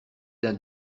d’un